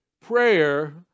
prayer